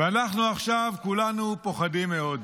ואנחנו עכשיו כולנו פוחדים מאד.